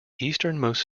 easternmost